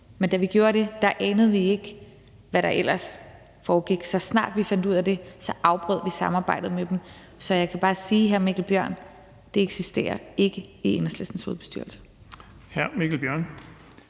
Men da vi gjorde det, anede vi ikke, hvad der ellers foregik. Så snart vi fandt ud af det, afbrød vi samarbejdet med dem. Så jeg kan bare sige, hr. Mikkel Bjørn: Det eksisterer ikke i Enhedslistens hovedbestyrelse.